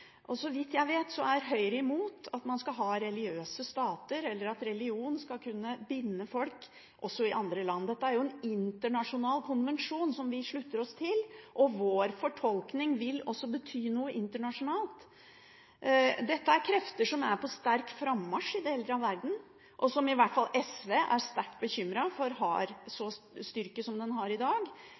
styre. Så vidt jeg vet, er Høyre mot at man skal ha religiøse stater, eller at religion skal kunne binde folk i andre land. Dette er en internasjonal konvensjon, som vi har sluttet oss til. Vår fortolkning vil bety noe internasjonalt. Det er krefter som er på sterk frammarsj i deler av verden, og som i hvert fall SV er sterkt bekymret over har den styrken de har i dag.